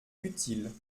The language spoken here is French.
utile